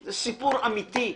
זה סיפור אמיתי,